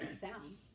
sound